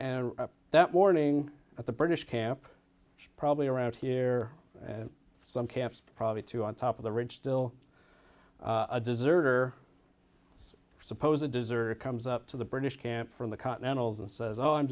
and that warning at the british camp probably around here and some camps probably two on top of the ridge still a desert or suppose a desert comes up to the british camp from the continentals and says oh i'm